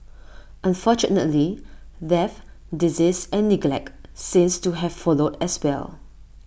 unfortunately death disease and neglect seemed to have followed as well